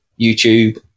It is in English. YouTube